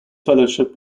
fellowship